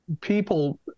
people